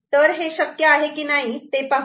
तर हे शक्य आहे की नाही ते पाहू